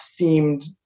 themed